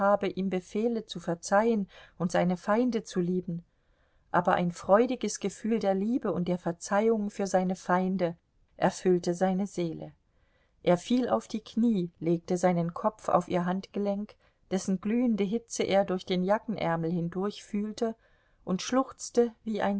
ihm befehle zu verzeihen und seine feinde zu lieben aber ein freudiges gefühl der liebe und der verzeihung für seine feinde erfüllte seine seele er fiel auf die knie legte seinen kopf auf ihr handgelenk dessen glühende hitze er durch den jackenärmel hindurch fühlte und schluchzte wie ein